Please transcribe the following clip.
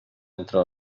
entre